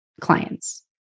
clients